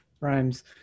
rhymes